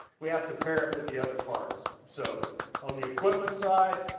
we have to pair it with the other parts. so on the equipment side.